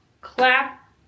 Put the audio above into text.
clap